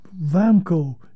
Vamco